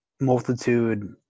multitude